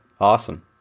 Awesome